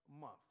month